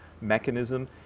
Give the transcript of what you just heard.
mechanism